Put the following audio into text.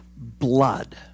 blood